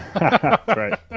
Right